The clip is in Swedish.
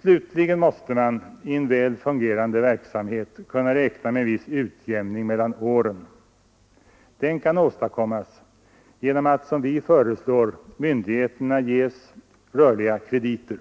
Slutligen måste man i en väl fungerande verksamhet kunna räkna med en viss utjämning mellan åren. Den kan åstadkommas genom att, som vi föreslår, myndigheterna ges rörliga krediter.